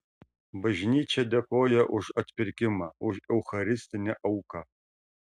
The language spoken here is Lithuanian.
bažnyčia dėkoja už atpirkimą už eucharistinę auką